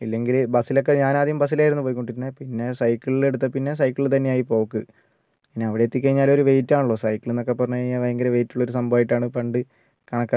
ഇല്ലെങ്കിൽ ബസ്സിലൊക്കെ ഞാൻ ആദ്യം ബസ്സിലായിരുന്നു പോയിക്കൊണ്ടിരുന്നേ പിന്നെ സൈക്കിൾ എടുത്ത പിന്നെ സൈക്കിളിൽ തന്നെയായി പോക്ക് പിന്നെ അവിടെ എത്തിക്കഴിഞ്ഞാൽ ഒരു വൈറ്റാണല്ലോ സൈക്കിൾ എന്നൊക്കെ പറഞ്ഞു കഴിഞ്ഞാൽ ഭയങ്കര വൈറ്റുള്ള ഒരു സംഭവമായിട്ടാണ് പണ്ട് കണക്കാക്കിയിരുന്നത്